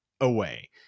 away